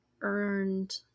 earned